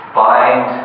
bind